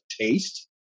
taste